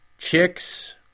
Chicks